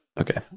Okay